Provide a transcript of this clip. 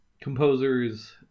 composers